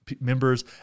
Members